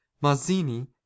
Mazzini